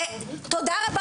תודה רבה,